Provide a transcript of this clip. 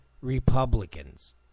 Republicans